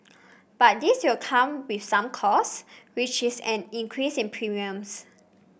but this will come with some costs which is an increase in premiums